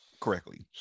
correctly